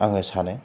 आङो सानो